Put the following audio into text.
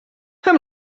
how